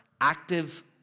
active